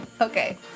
Okay